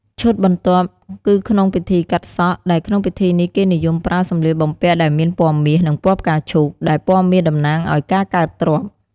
ឈុតបន្ទាប់គឺក្នុងពិធីកាត់សក់ ដែលក្នុងពិធីនេះគេនិយមប្រើសម្លៀកបំពាក់ដែលមានពណ៍មាស និងពណ៍ផ្កាឈូក ដែលពណ៍មាសតំណាងឲ្យការកើតទ្រព្យ។